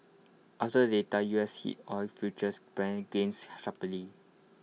after the data U S heat oil futures pared gains sharply